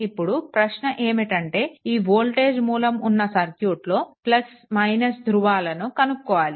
ఇప్పుడు ప్రశ్న ఏమిటంటే ఈ వోల్టేజ్ మూలం ఉన్న సర్క్యూట్లో ధృవాలను కనుక్కోవాలి